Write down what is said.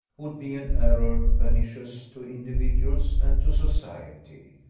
would be an error pernicious to individuals and to society.